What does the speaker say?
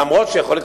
אף שיכול להיות,